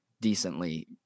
decently